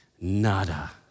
Nada